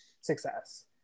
success